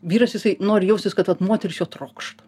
vyras jisai nori jaustis kad vat moteris jo trokšta